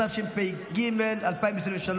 התשפ"ג 2023,